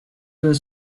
were